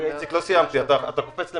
בספטמבר.